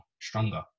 stronger